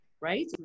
right